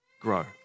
grow